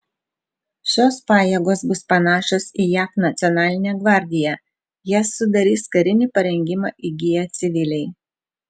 šios pajėgos bus panašios į jav nacionalinę gvardiją jas sudarys karinį parengimą įgiję civiliai